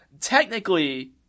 Technically